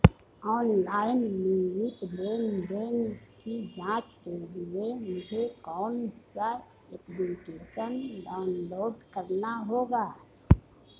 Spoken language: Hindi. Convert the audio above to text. ऑनलाइन नियमित लेनदेन की जांच के लिए मुझे कौनसा एप्लिकेशन डाउनलोड करना होगा?